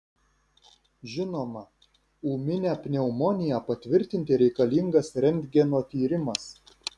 žinoma ūminę pneumoniją patvirtinti reikalingas rentgeno tyrimas